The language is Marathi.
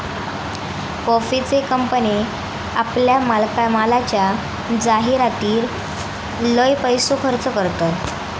कॉफीचे कंपने आपल्या मालाच्या जाहीरातीर लय पैसो खर्च करतत